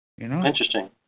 Interesting